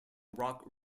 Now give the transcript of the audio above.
rock